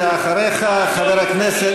אחריך, חבר הכנסת